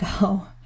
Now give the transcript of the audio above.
go